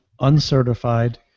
uncertified